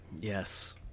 Yes